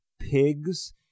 pigs